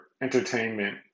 entertainment